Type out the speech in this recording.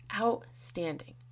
outstanding